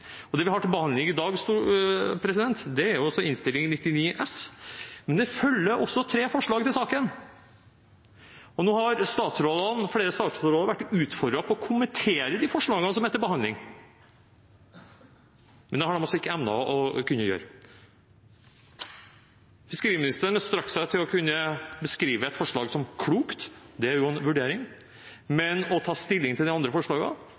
Det vi har til behandling i dag, er Innst. 99 S, men det følger også tre forslag med saken. Nå har flere statsråder vært utfordret på å kommentere de forslagene som er til behandling, men det har de ikke evnet å gjøre. Fiskeriministeren strakk seg til å beskrive et forslag som klokt – det er jo en vurdering – men å ta stilling til de andre